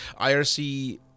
irc